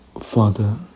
Father